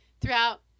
throughout